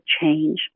change